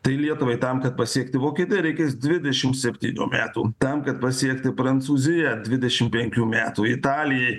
tai lietuvai tam kad pasiekti vokietiją reikės dvidešimt septynių metų tam kad pasiekti prancūziją dvidešimt penkių metų italiją